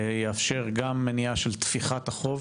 יאפשר גם מניעה של תפיחת החוב,